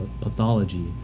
pathology